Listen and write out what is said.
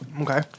Okay